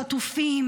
חטופים,